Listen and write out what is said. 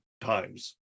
times